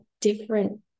different